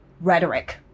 rhetoric